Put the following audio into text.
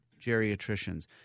geriatricians